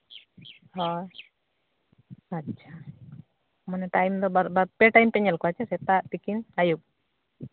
ᱦᱳᱭ ᱟᱪᱪᱷᱟ ᱢᱟᱱᱮ ᱴᱟᱭᱤᱢ ᱫᱚ ᱯᱮ ᱴᱟᱭᱤᱢ ᱯᱮ ᱧᱮᱞ ᱠᱚᱣᱟ ᱥᱮ ᱥᱮᱛᱟᱜ ᱛᱤᱠᱤᱱ ᱟᱹᱭᱩᱵ